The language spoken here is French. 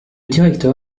directeur